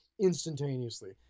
instantaneously